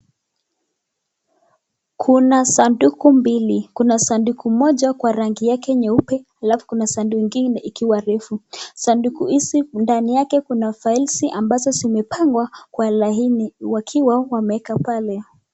Kuna sanduku mbili. Kuna sanduku moja kwa rangi yake nyeupe alafu kuna sanduku ingine ikiwa refu. Sanduku hizi ndani yake kuna files ambazo zimepangwa kwa laini wakiwa wameeka pale.